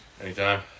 anytime